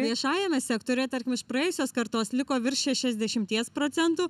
viešajame sektoriuje tarkim iš praėjusios kartos liko virš šešiasdešimties procentų